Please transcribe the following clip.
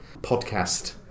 podcast